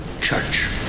church